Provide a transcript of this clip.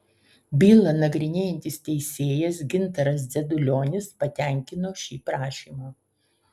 bylą nagrinėjantis teisėjas gintaras dzedulionis patenkino šį prašymą